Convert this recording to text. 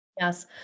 Yes